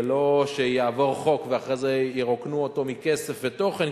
ולא שיעבור חוק ואחרי זה ירוקנו אותו מכסף ותוכן,